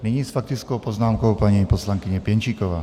Nyní s faktickou poznámkou paní poslankyně Pěnčíková.